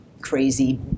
crazy